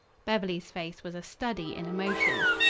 beverly's face was a study in emotions.